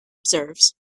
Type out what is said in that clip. observes